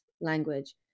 language